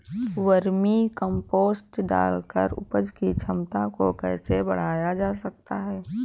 Vermi compost डालकर उपज की क्षमता को कैसे बढ़ाया जा सकता है?